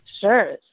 Sure